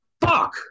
Fuck